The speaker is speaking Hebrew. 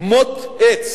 מוט עץ